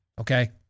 okay